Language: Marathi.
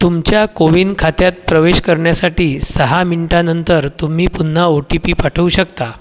तुमच्या कोविन खात्यात प्रवेश करण्यासाठी सहा मिनिटानंतर तुम्ही पुन्हा ओ टी पी पाठवू शकता